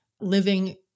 living